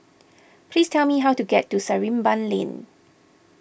please tell me how to get to Sarimbun Lane